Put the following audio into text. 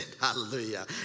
Hallelujah